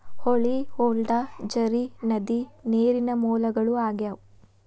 ಹೊಳಿ, ಹೊಳಡಾ, ಝರಿ, ನದಿ ನೇರಿನ ಮೂಲಗಳು ಆಗ್ಯಾವ